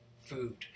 food